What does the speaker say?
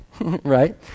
right